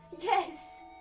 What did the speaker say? Yes